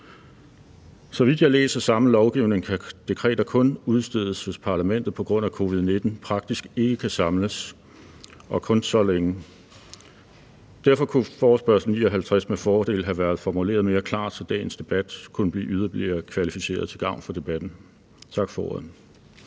Så vidt jeg læser samme lovgivning, kan dekreter kun udstedes, hvis parlamentet på grund af covid-19 praktisk ikke kan samles – og kun så længe. Derfor kunne forespørgsel nr. 59 med fordel have været formuleret mere klart, så dagens debat kunne blive yderligere kvalificeret til gavn for debatten. Tak for ordet.